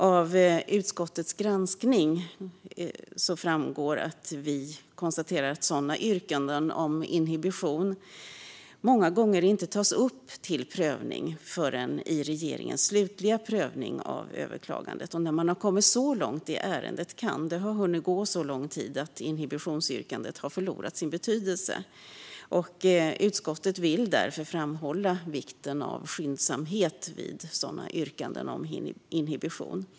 Av utskottets granskning framgår att sådana yrkanden om inhibition många gånger inte tas upp till prövning förrän i regeringens slutliga prövning av överklagandet. När man kommit så pass långt i ärendet kan det ha hunnit gå så lång tid att inhibitionsyrkandet har förlorat sin betydelse. Därför vill utskottet framhålla vikten av skyndsamhet vid dessa yrkanden om inhibition.